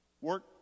work